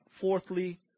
Fourthly